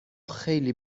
خیلی